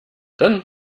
dann